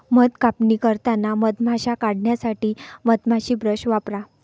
मध कापणी करताना मधमाश्या काढण्यासाठी मधमाशी ब्रश वापरा